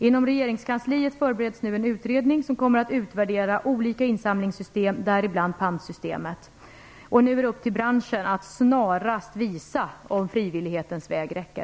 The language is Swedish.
Inom regeringskansliet förbereds nu en utredning som kommer att utvärdera olika insamlingssystem, däribland pantsystemet. Nu är det upp till branschen att snarast visa om frivillighetens väg räcker.